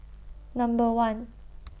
Number one